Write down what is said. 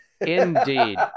indeed